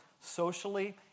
socially